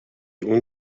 اون